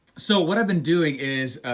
so what i've been doing is,